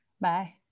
Bye